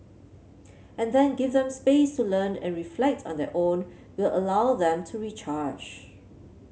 and then give them space to learn and reflect on their own will allow them to recharge